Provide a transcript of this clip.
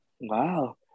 Wow